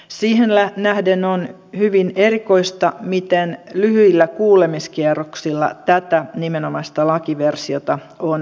siihen nähden on hyvin erikoista miten lyhyillä kuulemiskierroksilla tätä nimenomaista lakiversiota on valmisteltu